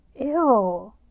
Ew